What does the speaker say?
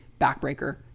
Backbreaker